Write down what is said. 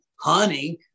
hunting